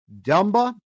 Dumba